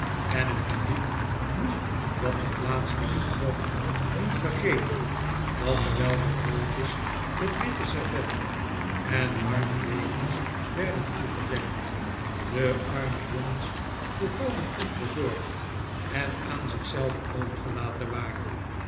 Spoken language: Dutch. en het publiek moest wat dit laatste betrof niet vergeten dat terwijl de broodjes met witte servetten en warme dekens werden toegedekt de arme jongens volkomen onverzorgd en aan zich zelf overgelaten waren